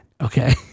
Okay